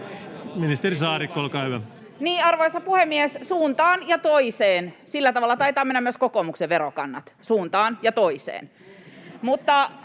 liik) Time: 16:19 Content: Arvoisa puhemies! Suuntaan ja toiseen. Sillä tavalla taitavat mennä myös kokoomuksen verokannat: suuntaan ja toiseen.